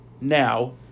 Now